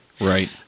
Right